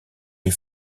les